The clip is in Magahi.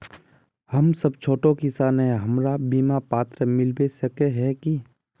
हम सब छोटो किसान है हमरा बिमा पात्र मिलबे सके है की?